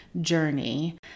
journey